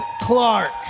Clark